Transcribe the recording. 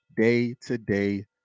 day-to-day